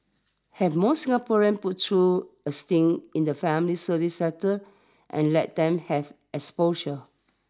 have more Singaporeans put through a stint in the family service sector and let them have exposure